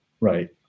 right